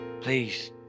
please